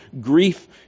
grief